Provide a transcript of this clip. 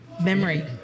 memory